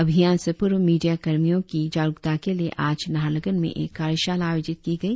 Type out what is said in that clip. अभियान से पूर्व मीडिया कर्मियों की जागरुकता के लिए आज नाहरलगुन में एक कार्यशाला आयोजित की गई